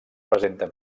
presenten